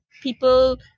people